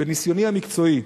בניסיוני המקצועי,